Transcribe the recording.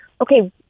okay